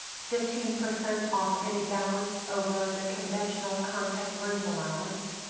fifteen percent off any balance over the conventional contact lens allowance,